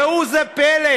ראו זה פלא,